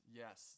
yes